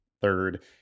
third